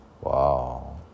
Wow